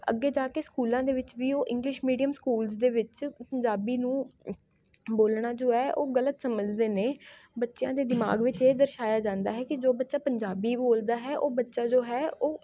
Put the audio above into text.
ਅੱਗੇ ਜਾ ਕੇ ਸਕੂਲਾਂ ਦੇ ਵਿੱਚ ਵੀ ਉਹ ਇੰਗਲਿਸ਼ ਮੀਡੀਅਮ ਸਕੂਲਸ ਦੇ ਵਿੱਚ ਪੰਜਾਬੀ ਨੂੰ ਬੋਲਣਾ ਜੋ ਹੈ ਉਹ ਗਲਤ ਸਮਝਦੇ ਨੇ ਬੱਚਿਆਂ ਦੇ ਦਿਮਾਗ ਵਿੱਚ ਇਹ ਦਰਸਾਇਆ ਜਾਂਦਾ ਹੈ ਕਿ ਜੋ ਬੱਚਾ ਪੰਜਾਬੀ ਬੋਲਦਾ ਹੈ ਉਹ ਬੱਚਾ ਜੋ ਹੈ ਉਹ